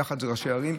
יחד עם ראשי ערים,